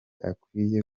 akwiye